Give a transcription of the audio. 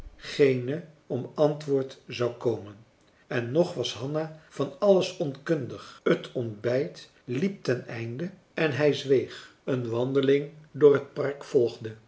gene om antwoord zou marcellus emants een drietal novellen komen en nog was hanna van alles onkundig het ontbijt liep ten einde en hij zweeg een wandeling door het park volgde